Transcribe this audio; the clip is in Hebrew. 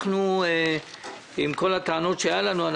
למרות כל הטענות שהיו לנו,